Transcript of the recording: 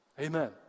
Amen